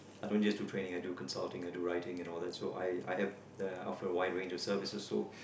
I don't just do planning I do consulting I do writing and all that I I have the of a wide range of service also